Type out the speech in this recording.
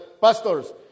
pastors